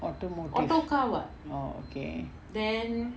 automotive oh okay